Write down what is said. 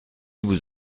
vous